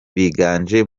biganje